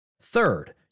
Third